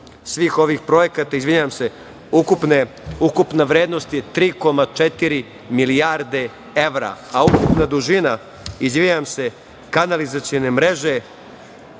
svih ovih projekata, izvinjavam vam se, ukupna vrednost je 3,4 milijarde evra, a ukupna dužina, izvinjavam se, kanalizacione mreže,